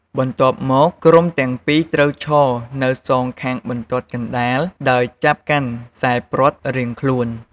បន្ទាប់មក ក្រុមទាំងពីរត្រូវឈរនៅសងខាងបន្ទាត់កណ្ដាល ដោយចាប់កាន់ខ្សែព្រ័ត្ររៀងខ្លួន។